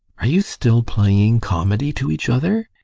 are you still playing comedy to each other?